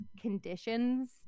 conditions